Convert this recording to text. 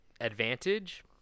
advantage